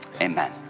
amen